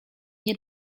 nie